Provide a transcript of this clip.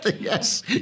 yes